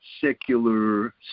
secular